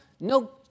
no